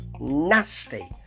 nasty